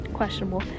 questionable